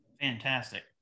fantastic